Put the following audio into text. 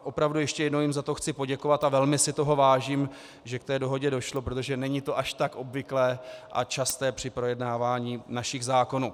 Opravdu ještě jednou jim za to chci poděkovat a velmi si vážím, že k té dohodě došlo, protože to není až tak obvyklé a časté při projednávání našich zákonů.